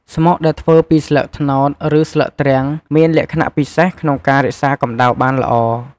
ស្មុកដែលធ្វើពីស្លឹកត្នោត ឬស្លឹកទ្រាំង មានលក្ខណៈពិសេសក្នុងការរក្សាកម្ដៅបានល្អ។